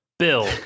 bill